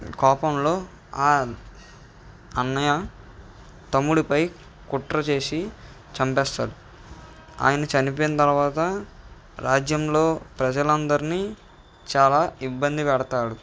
కోపంలో ఆ అన్నయ్య తమ్ముడిపై కుట్ర చేసి చంపేస్తాడు ఆయన చనిపోయిన తర్వాత రాజ్యంలో ప్రజలందరినీ చాలా ఇబ్బంది పెడతాడు